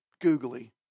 googly